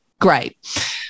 Great